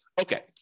Okay